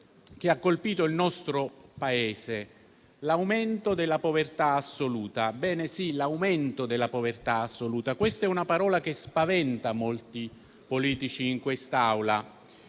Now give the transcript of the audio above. che ha colpito il nostro Paese: l'aumento della povertà assoluta. È una definizione che spaventa molti politici in quest'Aula.